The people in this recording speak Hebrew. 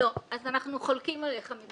לא, אז אנחנו חולקים עליך.